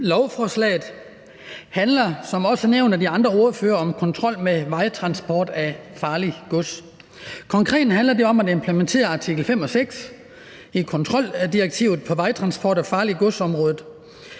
Lovforslaget handler som også nævnt af de andre ordførere om kontrol med vejtransport af farligt gods. Konkret handler det om at implementere artikel 5 og 6 i kontroldirektivet om vejtransport af farligt gods,